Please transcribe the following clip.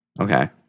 Okay